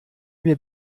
mir